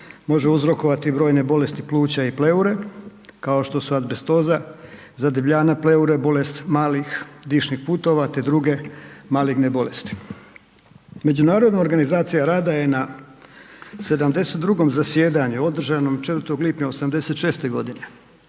može uzrokova brojne bolesti pluća i pleure, kao što su azbestoza, zadebljanja pleure, bolest malih dišnih putova te druge maligne bolesti. Međunarodna organizacija rada je na 72. zasjedanju održanom 4. lipnja 86. g.